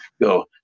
go